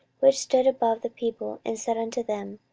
which stood above the people, and said unto them,